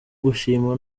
gushima